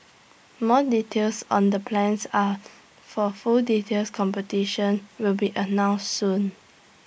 more details on the plans are for full details competition will be announced soon